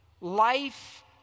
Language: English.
life